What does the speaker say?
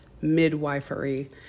midwifery